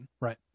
right